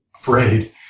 afraid